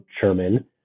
German